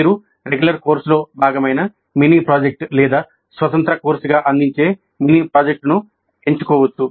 మీరు రెగ్యులర్ కోర్సులో భాగమైన మినీ ప్రాజెక్ట్ లేదా స్వతంత్ర కోర్సుగా అందించే మినీ ప్రాజెక్ట్ను ఎంచుకోవచ్చు